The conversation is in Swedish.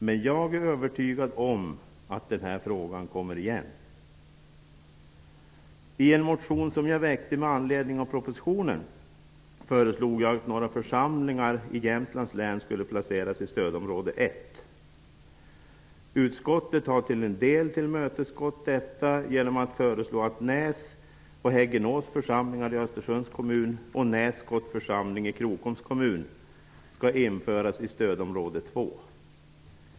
Men jag är övertygad om att denna fråga återkommer. I en motion som jag väckte med anledning av propositionen föreslog jag att några församlingar i Utskottet har till en del tillmötesgått detta genom att föreslå att Näs och Häggenås församlingar i Krokoms kommun skall införas i stödområde 2.